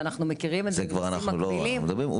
ואנחנו מכירים את זה מנושאים מקבילים,